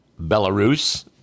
Belarus